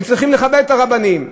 הם צריכים לכבד את הרבנים.